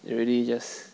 really just